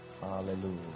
Hallelujah